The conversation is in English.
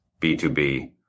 B2B